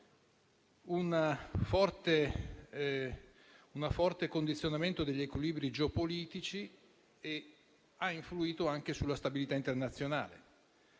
un forte condizionamento degli equilibri geopolitici e ha influito anche sulla stabilità internazionale.